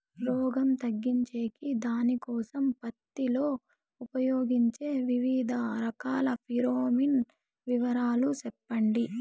రోగం తగ్గించేకి దానికోసం పత్తి లో ఉపయోగించే వివిధ రకాల ఫిరోమిన్ వివరాలు సెప్పండి